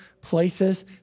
places